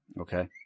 Okay